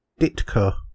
Ditko